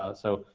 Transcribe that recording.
ah so,